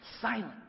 silent